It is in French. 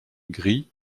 gris